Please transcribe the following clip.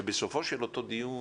שבסופו של אותו דיון